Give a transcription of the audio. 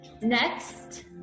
Next